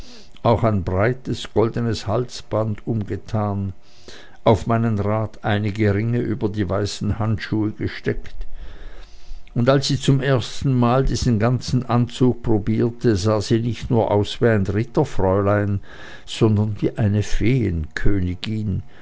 auch ein breites goldenes halsband umgetan auf meinen rat einige ringe über die weißen handschuhe gesteckt und als sie zum ersten mal diesen ganzen anzug probierte sah sie nicht nur aus wie ein ritterfräulein sondern wie eine